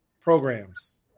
programs